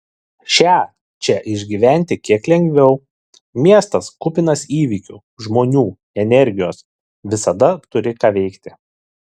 šią čia išgyventi kiek lengviau miestas kupinas įvykių žmonių energijos visada turi ką veikti